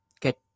get